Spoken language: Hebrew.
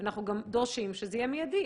זה מה שרציתי להגיד.